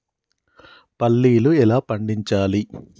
పల్లీలు ఎలా పండించాలి?